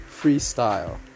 freestyle